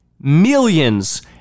millions